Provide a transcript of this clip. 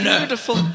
beautiful